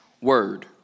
Word